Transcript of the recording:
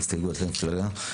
הצבעה לא אושרה.